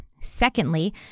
Secondly